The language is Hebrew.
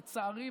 לצערי,